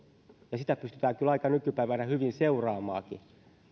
ja sitä pystytään kyllä nykypäivänä aika hyvin seuraamaankin